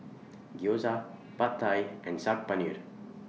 Gyoza Pad Thai and Saag Paneer